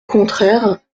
contraire